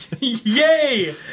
yay